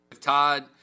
Todd